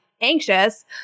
anxious